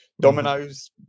dominoes